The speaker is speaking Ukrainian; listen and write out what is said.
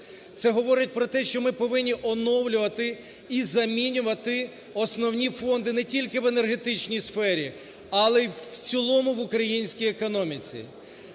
Це говорить про те, що ми повинні оновлювати і замінювати основні фонди не тільки в енергетичній сфері, але й в цілому в українській економіці.